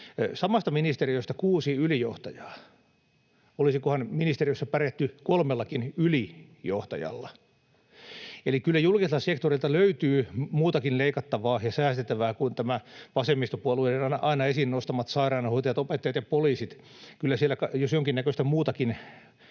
samasta ministeriöstä kuusi ylijohtajaa. Olisikohan ministeriössä pärjätty kolmellakin ylijohtajalla? Eli kyllä julkiselta sektorilta löytyy muutakin leikattavaa ja säästettävää kuin vasemmistopuolueiden aina esiin nostamat sairaanhoitajat, opettajat ja poliisit. Kyllä siellä jos jonkinnäköistä muutakin